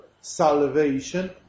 salvation